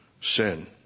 sin